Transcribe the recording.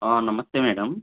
నమస్తే మేడం